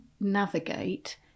navigate